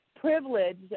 privileged